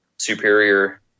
superior